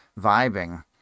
vibing